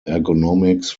ergonomics